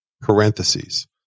parentheses